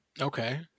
okay